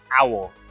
owl